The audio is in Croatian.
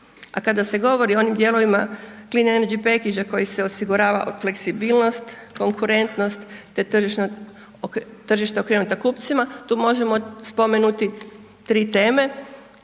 A kada se govori o onim dijelovima…/Govornik se ne razumije/…za koji se osigurava fleksibilnost, konkurentnost, te tržišta okrenuta kupcima, tu možemo spomenuti 3 teme